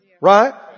Right